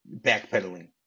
backpedaling